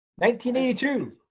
1982